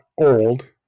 old